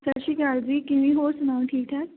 ਸਤਿ ਸ਼੍ਰੀ ਅਕਾਲ ਜੀ ਕਿਵੇਂ ਹੋਰ ਸੁਣਾਓ ਠੀਕ ਠਾਕ